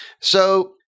So-